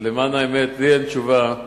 למען האמת לי אין תשובה,